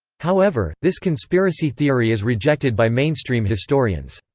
however, this conspiracy theory is rejected by mainstream historians.